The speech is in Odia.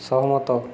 ସହମତ